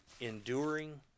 enduring